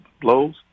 blows